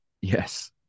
Yes